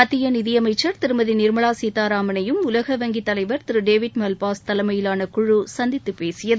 மத்திய நிதியமைச்சா் திருமதி நிர்மலா சீதாராமனையும் உலக வங்கி தலைவர் திரு டேவிட் மல்பாஸ் தலைமையிலான குழு சந்தித்து பேசியது